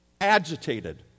Agitated